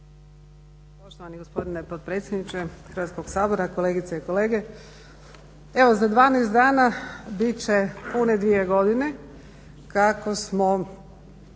Poštovani gospodine potpredsjedniče Hrvatskog sabora, kolegice i kolege. Evo za 12 dana bit će pune dvije godine kako smo